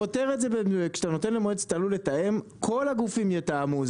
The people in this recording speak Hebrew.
כשאתה נותן למועצת הלול לתאם, כל הגופים יתאמו.